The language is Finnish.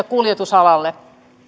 kuljetusalalle